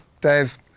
Dave